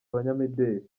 abanyamideli